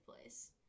place